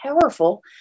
powerful